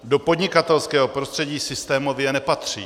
Do podnikatelského prostředí systémově nepatří.